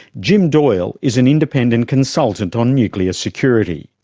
jim doyle is an independent consultant on nuclear security.